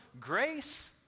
grace